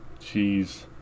jeez